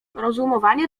rozumowanie